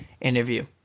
Interview